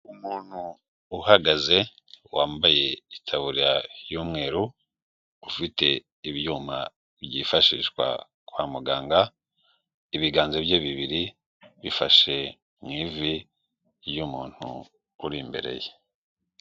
Umuntu uhagaze wambaye itaburiya y'umweru ufite ibyuma byifashishwa kwa muganga ibiganza bye bibiri bifashe mw,ivi ry,umuntu ur, imbere ye.